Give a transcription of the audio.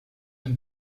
and